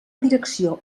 direcció